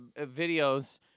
videos